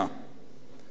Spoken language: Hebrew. רבין הבין,